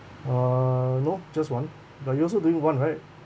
uh no just one but you also doing one right